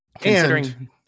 considering